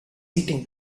eating